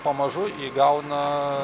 pamažu įgauna